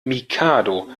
mikado